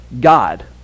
God